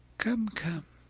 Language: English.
come, come,